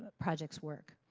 but projects work.